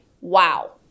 wow